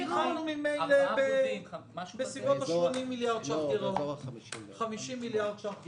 התחלנו ממילא בסביבות 50 מיליארד ש"ח גירעון.